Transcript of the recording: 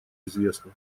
известна